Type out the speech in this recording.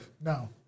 No